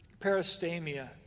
peristamia